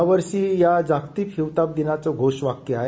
यावर्षीच्या जागतिक हिवताप दिनाचं घोषवाक्य आहे